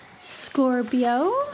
Scorpio